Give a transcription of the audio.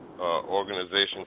organization